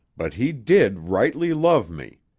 but he did rightly love me.